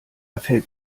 fällt